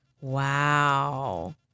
Wow